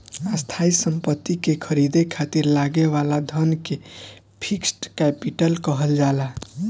स्थायी सम्पति के ख़रीदे खातिर लागे वाला धन के फिक्स्ड कैपिटल कहल जाला